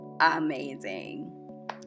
amazing